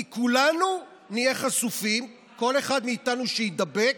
כי כולנו נהיה חשופים, כל אחד מאיתנו שיידבק,